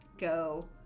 go